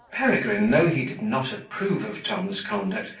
peregrine, though he did not approve of tom's conduct,